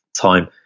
time